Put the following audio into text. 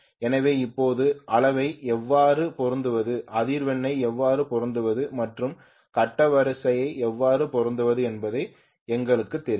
எனவே இப்போது அளவை எவ்வாறு பொருத்துவது அதிர்வெண்ணை எவ்வாறு பொருத்துவது மற்றும் கட்ட வரிசையை எவ்வாறு பொருத்துவது என்பது எங்களுக்குத் தெரியும்